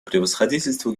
превосходительству